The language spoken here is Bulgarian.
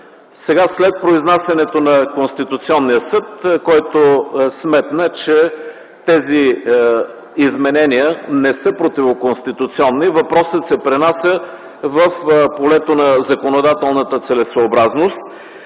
Сега, след произнасянето на Конституционния съд, който сметна, че тези изменения не са противоконституционни, въпросът се пренася в полето на законодателната целесъобразност.